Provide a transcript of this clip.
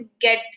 get